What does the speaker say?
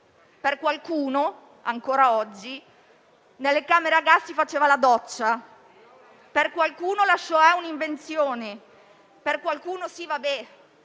Per qualcuno ancora oggi nelle camere a gas si faceva la doccia; per qualcuno la *shoah* è un'invenzione; per qualcuno sono